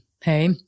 hey